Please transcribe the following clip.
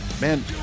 Man